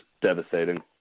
devastating